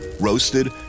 roasted